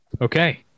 Okay